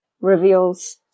reveals